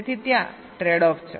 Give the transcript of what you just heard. તેથી ત્યાં trade off છે